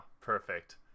perfect